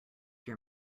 your